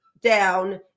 down